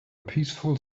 peaceful